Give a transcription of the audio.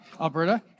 Alberta